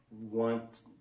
want